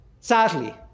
Sadly